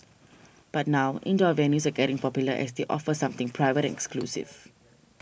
but now indoor avenues are getting popular as they offer something private and exclusive